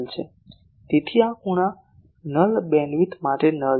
તેથી આ ખૂણા નલ બીમવિડ્થ માટે નલ છે